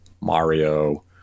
Mario